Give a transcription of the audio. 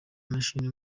mashini